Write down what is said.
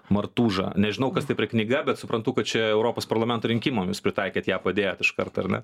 martūža nežinau kas tai per knyga bet suprantu kad čia europos parlamento rinkimam jūs pritaikėt ją padėjot iškart ar ne